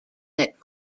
that